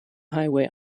highway